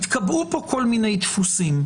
התקבעו פה כל מיני דפוסים.